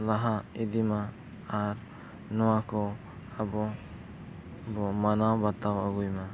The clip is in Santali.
ᱞᱟᱦᱟ ᱤᱫᱤᱢᱟ ᱟᱨ ᱱᱚᱣᱟ ᱠᱚ ᱟᱵᱚ ᱵᱚ ᱢᱟᱱᱟᱣ ᱵᱟᱛᱟᱣ ᱟᱹᱜᱩᱭᱢᱟ